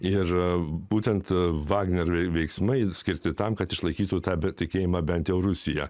ir būtent vagnerio veiksmai skirti tam kad išlaikytų tą tikėjimą bent jau rusija